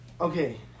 Okay